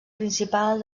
principal